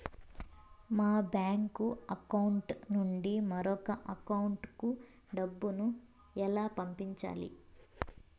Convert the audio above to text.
మా bank account నుండి మరొక అకౌంట్ కు డబ్బును ఎలా పంపించాలి